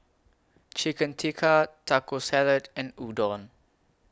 Chicken Tikka Taco Salad and Udon